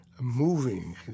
moving